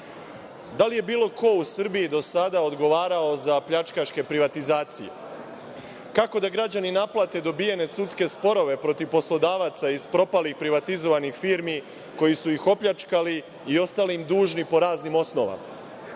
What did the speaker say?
Da li je bilo ko u Srbiji do sada odgovarao za pljačkaške privatizacije? Kako da građani naplate dobijene sudske sporove protiv poslodavaca iz propalih privatizovanih firmi, koji su ih opljačkali i ostali im dužni po raznim osnovama? Zašto